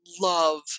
love